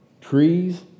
Trees